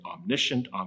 omniscient